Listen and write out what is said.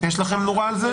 יש לכם נורה אדומה על זה?